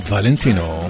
Valentino